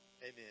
Amen